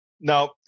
now